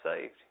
saved